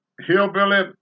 Hillbilly